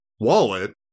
wallet